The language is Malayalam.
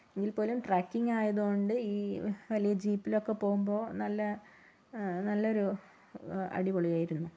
എങ്കിൽപോലും ട്രക്കിങ് ആയതു കൊണ്ട് ഈ വലിയ ജീപ്പിലൊക്കെ പോകുമ്പോ നല്ല ആ നല്ലൊരു അടിപൊളിയായിരുന്നു